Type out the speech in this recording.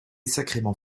sacrément